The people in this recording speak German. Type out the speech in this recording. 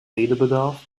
redebedarf